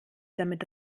damit